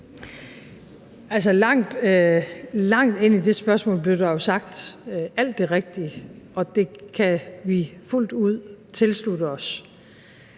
langt ind i det spørgsmål blev der sagt alt det rigtige, og det kan vi fuldt ud tilslutte os.